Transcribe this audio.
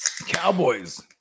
Cowboys